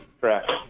correct